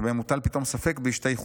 שבהם מוטל פתאום ספק בהשתייכותם